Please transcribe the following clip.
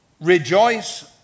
rejoice